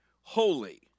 holy